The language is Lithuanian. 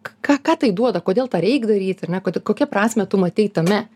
ką ką tai duoda kodėl tą reik daryt ar ne ko kokią prasmę tu matei tame